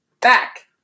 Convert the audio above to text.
back